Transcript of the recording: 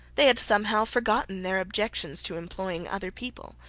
they had somehow forgotten their objections to employing other people.